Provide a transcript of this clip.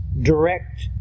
direct